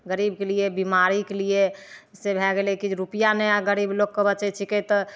गरीबके लिए बीमारीके लिए से भए गेलै कि जे रूपैआ नहि गरीब लोगके बचैत छिकै तऽ